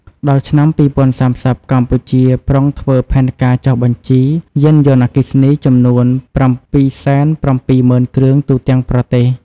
ដល់ឆ្នាំ ២០៣០ កម្ពុជាប្រុងធ្វើផែនការចុះបញ្ជីយានយន្តអគ្គិសនីចំនួន ៧៧០,០០០គ្រឿងទូទាំងប្រទេស។